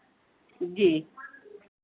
जी